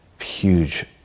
huge